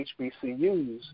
HBCUs